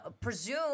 presume